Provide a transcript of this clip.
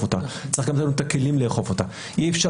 ולא רק אותו נוהל שהיה קיים לפני כן שהוא לא היה טוב ואגב,